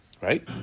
right